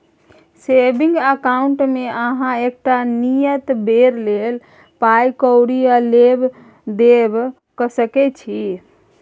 saving अकाउंटमे अहाँ एकटा नियत बेर लेल पाइ कौरी आ लेब देब कअ सकै छी